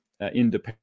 independent